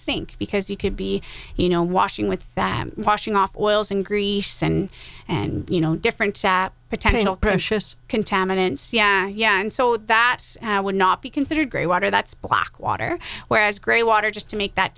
sink because you could be you know washing with that washing off oil and grease and and you know different potential precious contaminants yeah and so that would not be considered gray water that's black water whereas grey water just to make that